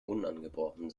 unangebrochen